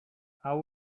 how